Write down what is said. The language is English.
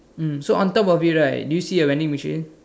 mm so on top of it right do you see a vending machine